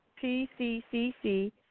P-C-C-C